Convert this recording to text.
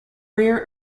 rare